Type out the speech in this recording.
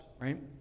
right